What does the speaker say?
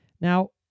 Now